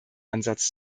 ansatz